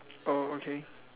oh okay